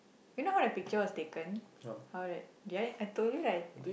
you know how the picture was taken how that did I I told you right